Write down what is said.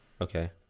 Okay